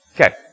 Okay